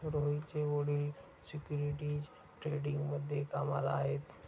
रोहितचे वडील सिक्युरिटीज ट्रेडिंगमध्ये कामाला आहेत